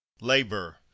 labor